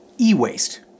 e-waste